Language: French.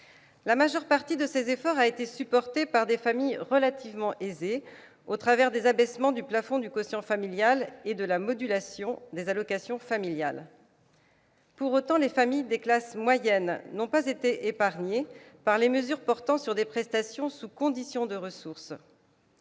La majeure partie de ces efforts a été supportée par des familles relativement aisées, au travers des abaissements du plafond du quotient familial et de la modulation des allocations familiales. Pour autant, les familles des classes moyennes n'ont pas été épargnées par les mesures portant sur des prestations sous conditions de ressources.